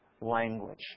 language